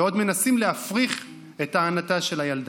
ועוד מנסים להפריך את טענתה של הילדה.